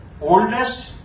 oldest